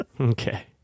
Okay